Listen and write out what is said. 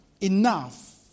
enough